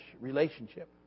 relationship